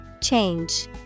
Change